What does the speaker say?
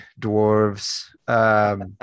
dwarves